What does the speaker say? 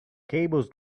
cables